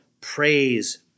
praise